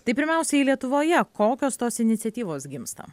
tai pirmiausiai lietuvoje kokios tos iniciatyvos gimsta